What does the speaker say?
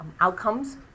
outcomes